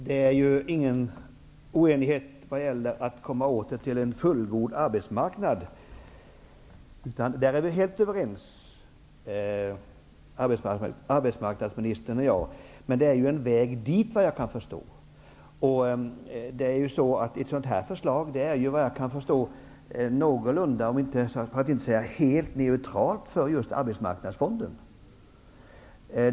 Herr talman! Det råder ingen oenighet om fördelen med att komma tillbaka till en fullgod arbetsmarknad. I det fallet är arbetsmarknadsministern och jag helt överens. Men det är ju en väg dit. Ett sådant här förslag är, såvitt jag förstår, någorlunda, för att inte säga helt, neutralt för just Arbetsmarknadsfonden.